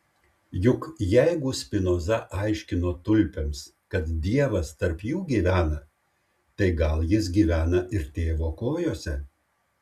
juk jeigu spinoza aiškino tulpėms kad dievas tarp jų gyvena tai gal jis gyvena ir tėvo kojose